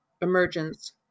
emergence